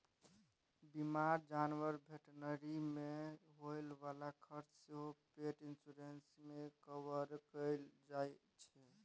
बीमार जानबरक भेटनरी मे होइ बला खरचा सेहो पेट इन्स्योरेन्स मे कवर कएल जाइ छै